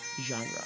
genre